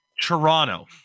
Toronto